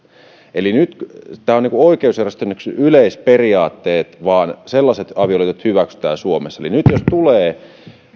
eli nyt tämä on yksi oikeusjärjestyksen yleisperiaate että vain sellaiset avioliitot hyväksytään suomessa eli nyt jos tulee